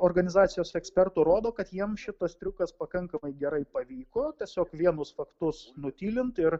organizacijos ekspertų rodo kad jiem šitas triukas pakankamai gerai pavyko tiesiog vienus faktus nutylint ir